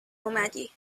اومدی